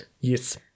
yes